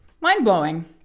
mind-blowing